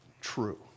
true